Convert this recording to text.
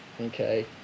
okay